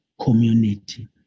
community